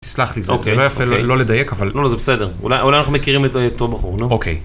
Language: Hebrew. תסלח לי זה לא יפה לא לדייק אבל... לא זה בסדר. אולי אולי אנחנו מכירים...